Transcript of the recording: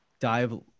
Dive